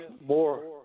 more